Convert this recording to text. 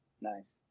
Nice